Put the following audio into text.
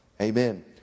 Amen